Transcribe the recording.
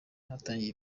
hatangiye